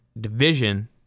division